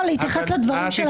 להתייחס לדברים של היועץ המשפטי.